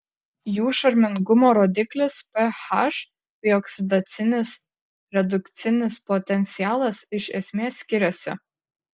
jų šarmingumo rodiklis ph bei oksidacinis redukcinis potencialas iš esmės skiriasi